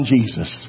Jesus